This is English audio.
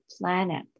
planet